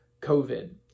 covid